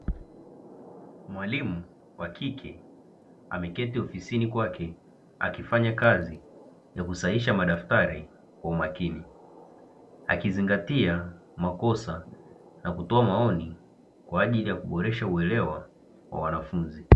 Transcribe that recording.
Mwalimu wa kike ameketi ofisini kwake akifanya kazi ya kusahihisha madaftari kwa umakini, akizingatia makosa na kutoa maoni kwa ajili ya kuboresha uelewa wa wanafunzi.